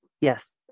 Yes